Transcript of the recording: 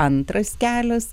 antras kelias